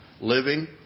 living